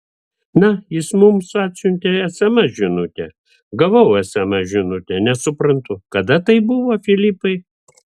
na jis mums atsiuntė sms žinutę gavau sms žinutę nesuprantu kada tai buvo filipai